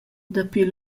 dapi